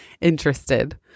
interested